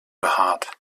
behaart